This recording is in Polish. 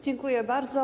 Dziękuję bardzo.